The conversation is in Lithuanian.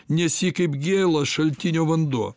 nes ji kaip gėlas šaltinio vanduo